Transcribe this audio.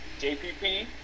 JPP